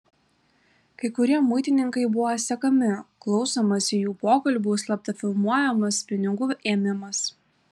kai kurie muitininkai buvo sekami klausomasi jų pokalbių slapta filmuojamas pinigų ėmimas